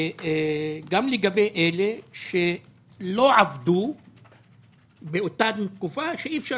וגם לגבי אלה שלא עבדו באותה תקופה כי אי אפשר